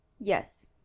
Yes